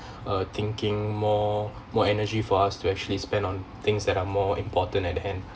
uh thinking more more energy for us to actually spend on things that are more important at hand